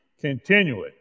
continually